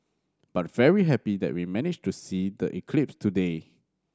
but very happy that we managed to see the eclipse today